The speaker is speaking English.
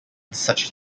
such